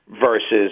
versus